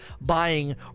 buying